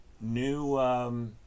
new